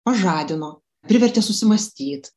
pažadino privertė susimąstyt